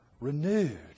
Renewed